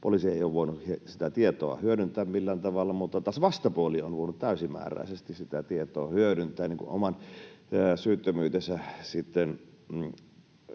Poliisi ei ole voinut sitä tietoa hyödyntää millään tavalla, mutta taas vastapuoli on voinut täysimääräisesti sitä tietoa hyödyntää oman syyttömyytensä